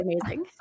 amazing